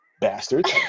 bastards